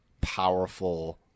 powerful